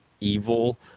evil